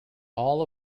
all